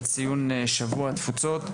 לציון שבוע התפוצות.